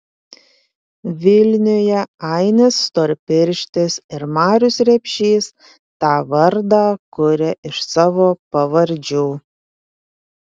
vilniuje ainis storpirštis ir marius repšys tą vardą kuria iš savo pavardžių